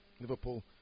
Liverpool